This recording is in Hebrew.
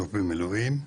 אלוף במילואים,